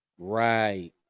right